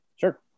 sure